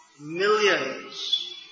millions